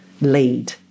lead